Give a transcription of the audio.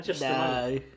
No